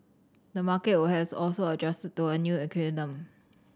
the market will has also adjusted to a new equilibrium